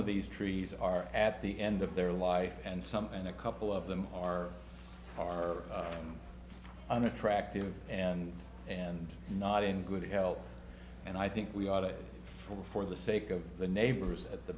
of these trees are at the end of their life and some and a couple of them are are unattractive and and not in good health and i think we ought to go for the sake of the neighbors at the